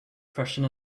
freshen